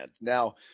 Now